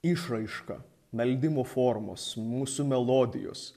išraiška meldimo formos mūsų melodijos